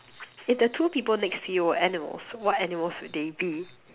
if the two people next to you were animals what animals would they be